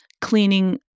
cleaning